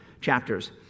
chapters